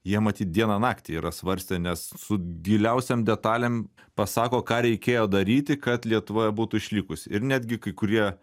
jie matyt dieną naktį yra svarstę nes su giliausiom detalėm pasako ką reikėjo daryti kad lietuvoje būtų išlikusi ir netgi kai kurie